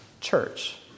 church